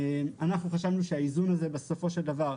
אנחנו חשבנו שהאיזון הזה בסופו של דבר,